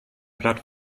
blatt